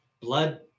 blood